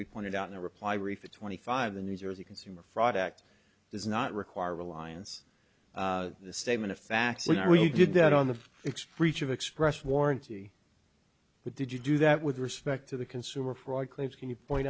we pointed out in a reply brief a twenty five the new jersey consumer fraud act does not require reliance the statement of fact when we did that on the express of express warranty but did you do that with respect to the consumer fraud claims can you point